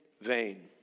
vain